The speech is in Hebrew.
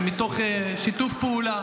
מתוך שיתוף פעולה.